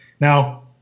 Now